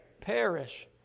Perish